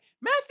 Matthew